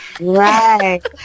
Right